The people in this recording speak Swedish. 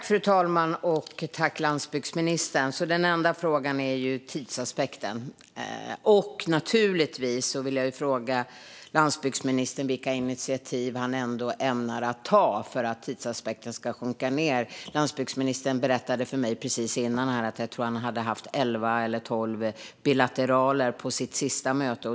Fru talman! Tack, landsbygdsministern, för svaret! Den enda frågan är tidsaspekten. Jag vill fråga landsbygdsministern vilka initiativ han ämnar att ta för att tidsaspekten ska sjunka ned. Landsbygdsministern berättade för mig precis innan att han hade haft elva eller tolv bilateraler på sitt sista möte.